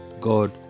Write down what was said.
God